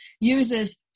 uses